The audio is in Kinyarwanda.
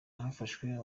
hafashwe